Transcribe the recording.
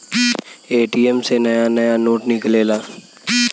ATM से नया नया नोट निकलेला